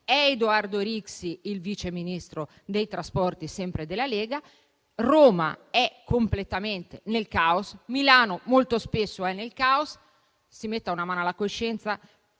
Edoardo Rixi è il vice ministro dei trasporti, sempre della Lega; Roma è completamente nel caos, Milano molto spesso è nel caos. Si metta una mano alla coscienza: